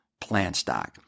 PlantStock